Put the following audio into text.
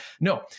No